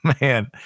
man